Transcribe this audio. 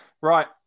right